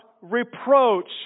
reproach